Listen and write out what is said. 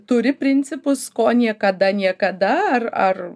turi principus ko niekada niekada ar ar